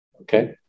Okay